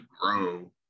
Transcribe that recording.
grow